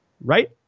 right